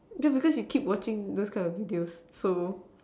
yeah because you keep watching those kind of videos so